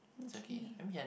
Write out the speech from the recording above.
okay